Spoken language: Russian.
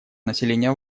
населения